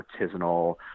artisanal